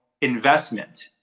investment